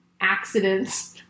accidents